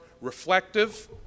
reflective